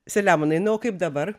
selemonai na o kaip dabar